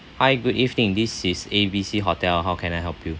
hi good evening this is A_B_C hotel how can I help you